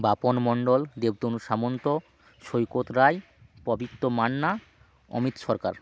Bapan Mondal Debtanu Samanta Saikat Roy Pabitra Manna Amit Sarkar